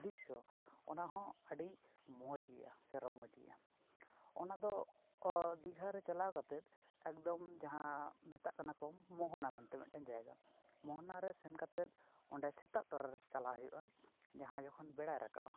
ᱫᱨᱤᱥᱥᱚ ᱚᱱᱟ ᱦᱚᱸ ᱟᱹᱰᱤ ᱢᱚᱡᱽ ᱜᱮᱭᱟ ᱥᱮ ᱨᱚᱢᱚᱡᱽ ᱜᱮᱭᱟ ᱚᱱᱟ ᱫᱚ ᱚ ᱫᱤᱜᱷᱟ ᱨᱮ ᱪᱟᱞᱟᱣ ᱠᱟᱛᱮᱫ ᱮᱠᱫᱚᱢ ᱡᱟᱦᱟᱸ ᱢᱮᱛᱟᱜ ᱠᱟᱱᱟ ᱠᱚ ᱢᱳᱦᱳᱱᱟ ᱢᱮᱱᱛᱮ ᱢᱮᱫᱴᱮᱱ ᱡᱟᱭᱜᱟ ᱢᱳᱦᱳᱱᱟ ᱨᱮ ᱥᱮᱱ ᱠᱟᱛᱮᱫ ᱚᱸᱰᱮ ᱥᱮᱛᱟᱜ ᱛᱚᱨᱟ ᱨᱮ ᱪᱟᱞᱟᱜ ᱦᱩᱭᱩᱜᱼᱟ ᱡᱟᱦᱟᱸ ᱡᱚᱠᱷᱚᱱ ᱵᱮᱲᱟᱭ ᱨᱟᱠᱟᱵᱼᱟ